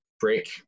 break